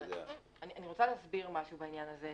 אני רוצה להסביר משהו בעניין הזה.